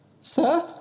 Sir